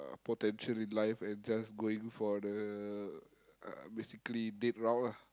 uh potential in life and just going for the uh basically dead round ah